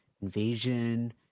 Invasion